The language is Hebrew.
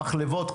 המחלבות,